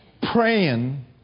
Praying